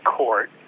court